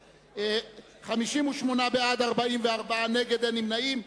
58 בעד, 44 נגד, אין נמנעים.